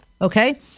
okay